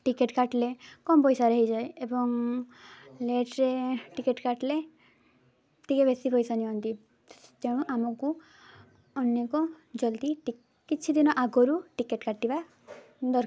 ticket କାଟିଲେ କମ୍ ପଇସାରେ ହେଇଯାଏ ଏବଂ ଲେଟ୍ରେ ଟିକେଟ୍ କାଟିଲେ ଟିକେ ବେଶୀ ପଇସା ନିଅନ୍ତି ତେଣୁ ଆମକୁ ଅନେକ ଜଲ୍ଦି କିଛି ଦିନ ଆଗରୁ ଟିକେଟ୍ କାଟିବା ଦରକାର